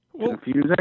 confusing